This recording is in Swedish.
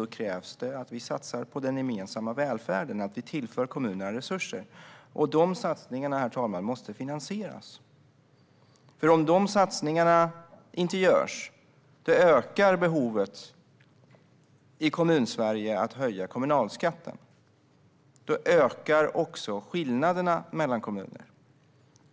Då krävs det att vi satsar på den gemensamma välfärden och tillför kommunerna resurser. De satsningarna måste finansieras, herr talman, för om dessa satsningar inte görs ökar behovet i Sveriges kommuner att höja kommunalskatten. Då ökar också skillnaderna mellan kommuner,